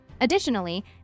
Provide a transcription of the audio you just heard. Additionally